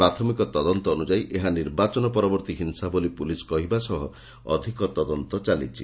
ପ୍ରାଥମିକ ତଦନ୍ତ ଅନୁଯାୟୀ ଏହା ନିର୍ବାଚନ ପରବର୍ଭୀ ହିଂସା ବୋଲି ପୋଲିସ କହିବା ସହ ଅଧିକ ତଦନ୍ତ ଚାଲିଛି